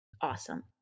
Awesome